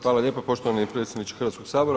Hvala lijepo poštovani predsjedniče Hrvatskog sabora.